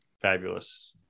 Fabulous